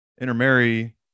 intermarry